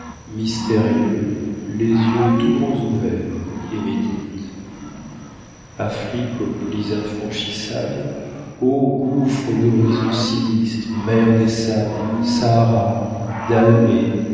mystérieux les yeux tout grands ouverts et méditent afrique aux plis infranchissables ô gouffre d'horizons sinistres mer des sables sahara dahomey